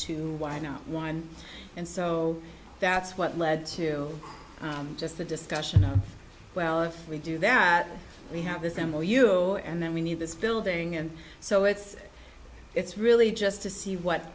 two why no one and so that's what led to just a discussion oh well if we do that we have this symbol euro and then we need this building and so it's it's really just to see what